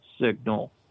signal